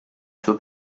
suo